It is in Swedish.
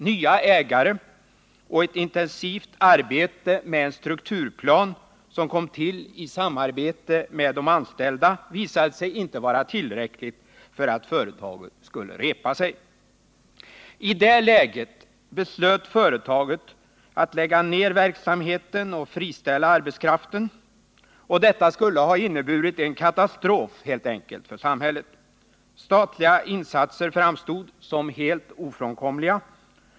Nya ägare och ett intensivt arbete med en strukturplan, som kom till i samarbete med de anställda, visade sig inte vara tillräckligt för att företaget skulle repa sig. I det läget beslöt företaget att lägga ner verksamheten och friställa arbetskraften. Detta skulle ha inneburit en katastrof, helt enkelt, för samhället. Statliga insatser framstod som helt ofrånkomliga.